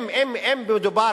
אם מדובר,